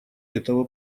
этого